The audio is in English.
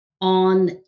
on